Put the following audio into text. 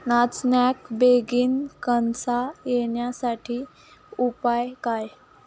नाचण्याक बेगीन कणसा येण्यासाठी उपाय काय?